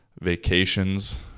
vacations